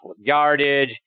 yardage